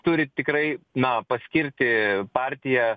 turi tikrai na paskirti partija